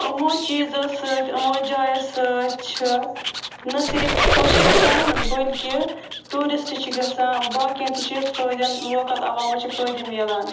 یِمو چیٖزو سۭتۍ یِمو جایو سۭتۍ چھِ نَہ صِرف خۄش گَژھان بٔلکہِ ٹوٗرسٹ چھِ گَژھان باقین تہِ چھِ فٲیدن لوکل عوامس چھِ فٲیدٕ میلان